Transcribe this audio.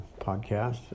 podcast